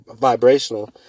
vibrational